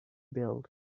build